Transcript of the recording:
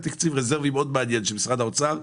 היה תקציב רזרבי מאוד מעניין של משרד האוצר.